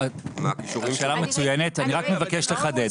השאלה מצוינת, אני רק מבקש לחדד.